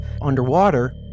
underwater